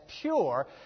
pure